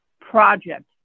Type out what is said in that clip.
project